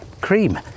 cream